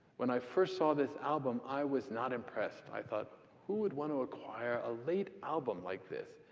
when i first saw this album, i was not impressed. i thought who would want to acquire a late album like this?